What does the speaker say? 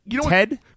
Ted